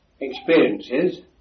experiences